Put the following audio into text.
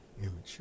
immature